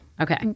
Okay